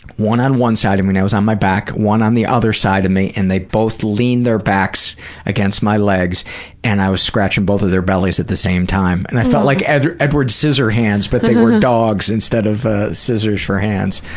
one on one side of me, and i was on my back, one on the other side of me, and they both leaned their backs against my legs and i was scratching both of their bellies at the same time jenny aw. and i felt like edward edward scissorhands, but they were dogs instead of scissors for hands.